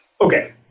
okay